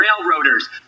railroaders